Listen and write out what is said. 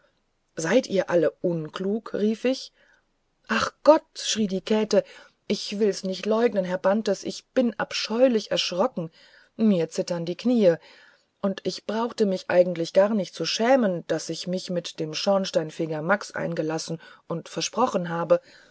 seid ihr alle unklug rief ich ach gott schrie die käte ich will's nicht leugnen herr bantes ich bin abscheulich erschrocken mir zittern die knie und ich brauchte mich eigentlich gar nicht zu schämen daß ich mich mit dem schornsteinfeger max eingelassen und versprochen habe